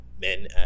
men